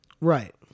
Right